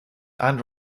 and